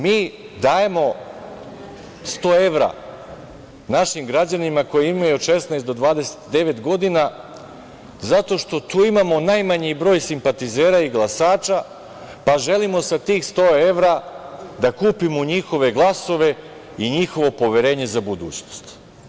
Mi dajemo 100 evra našim građanima koji imaju od 16 do 29 godina zato što tu imamo najmanji broj simpatizera i glasača, pa želimo sa tih 100 evra da kupimo njihove glasove i njihovo poverenje za budućnost.